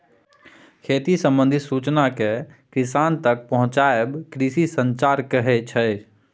खेती संबंधित सुचना केँ किसान तक पहुँचाएब कृषि संचार कहै छै